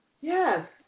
Yes